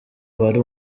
wari